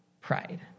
Pride